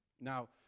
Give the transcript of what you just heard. Now